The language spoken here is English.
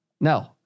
No